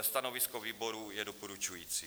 Stanovisko výboru je doporučující.